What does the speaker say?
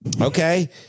Okay